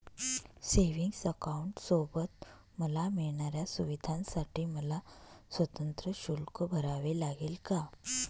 Savings अकाउंटसोबत मला मिळणाऱ्या सुविधांसाठी मला स्वतंत्र शुल्क भरावे लागेल का?